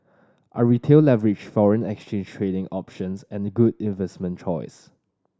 are Retail leveraged foreign exchange trading options and a good investment choice